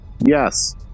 Yes